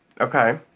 Okay